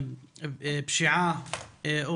פשיעה או